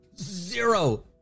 zero